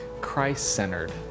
Christ-centered